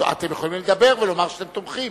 אתם תומכים